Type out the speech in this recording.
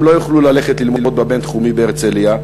הם לא יוכלו ללמוד ב'בינתחומי' בהרצלייה,